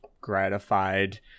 gratified